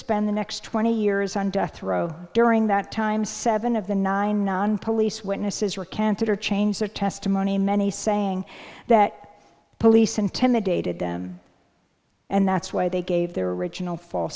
spend the next twenty years on death row during that time seven of the nine non police witnesses recanted or change their testimony many saying that the police intimidated them and that's why they gave their original false